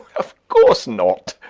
of course not!